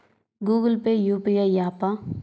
Google Pay UPI య్యాపా?